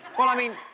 well, i mean,